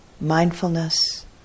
mindfulness